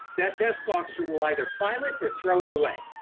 that desk officer will either file it or throw it away.